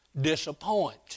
disappoint